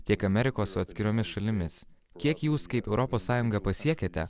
tiek amerikos su atskiromis šalimis kiek jūs kaip europos sąjunga pasiekėte